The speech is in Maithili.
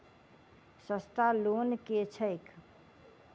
सस्ता लोन केँ छैक